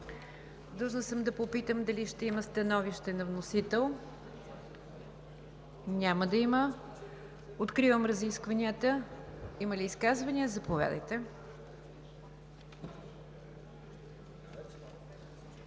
Длъжна съм да попитам дали ще има становище на вносител? Няма да има. Откривам разискванията. Има ли изказвания? Заповядайте.